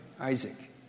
Isaac